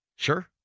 sure